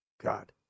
God